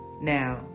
Now